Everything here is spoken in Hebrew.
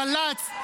גל"צ,